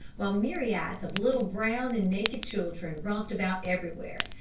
while myriads of little brown and naked children romped about everywhere,